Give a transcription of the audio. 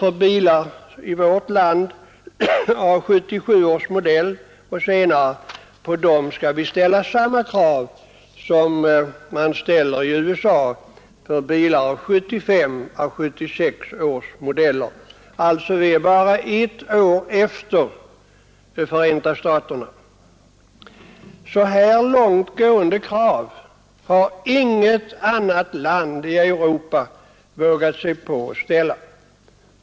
För bilar av 1977 års modell och senare skall vi ställa samma krav som man ställer i USA på bilar av 1975 och 1976 års modeller. Alltså är vi bara ett år efter Förenta staterna. Så här långt gående krav har inget annat land i Europa vågat sig på att ställa.